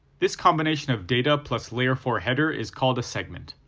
this combination of data plus layer four header is called a segment.